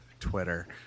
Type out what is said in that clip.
twitter